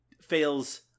fails